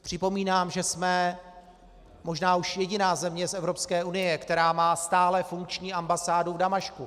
Připomínám, že jsme možná už jediná země z Evropské unie, která má stále funkční ambasádu v Damašku.